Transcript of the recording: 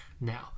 now